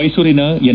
ಮೈಸೂರಿನ ಎನ್